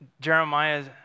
Jeremiah's